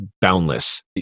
boundless